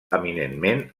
eminentment